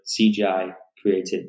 CGI-created